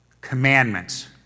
Commandments